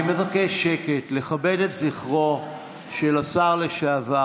אני מבקש שקט, לכבד את זכרו של השר לשעבר.